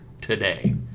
today